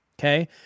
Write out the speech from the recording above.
okay